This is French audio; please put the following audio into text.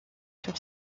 sur